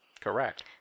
Correct